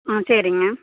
ம் சரிங்க